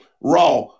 raw